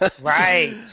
Right